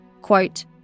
Quote